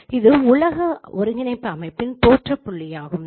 இது உலக ஒருங்கிணைப்பு அமைப்பின் தோற்ற புள்ளியாகும்